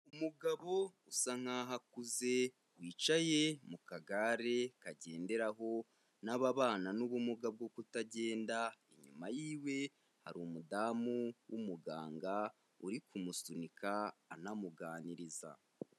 Umugabo usa nkaho akuze wicaye mu kagare kagenderaho n'ababana n'ubumuga bwo kutagenda, inyuma yiwe hari umudamu w'umuganga uri kumusunika anamuganiriza.